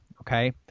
Okay